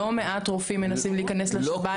לא מעט רופאים מנסים להיכנס לשב"ן,